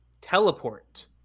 teleport